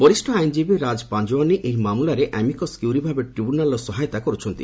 ବରିଷ୍ଠ ଆଇନଜୀବୀ ରାଜ୍ ପାଞ୍ଜାୱାନି ଏହି ମାମଲାରେ ଆମିକସ୍ କ୍ୟୁରି ଭାବେ ଟ୍ରିବ୍ୟୁନାଲ୍ର ସହାୟତା କର୍କଚ୍ଚନ୍ତି